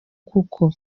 kuko